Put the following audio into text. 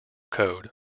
code